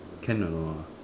can or not